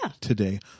Today